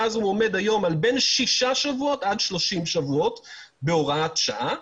והיום הוא עומד על שישה שבועות ועד 30 שבועות בהוראת שעה.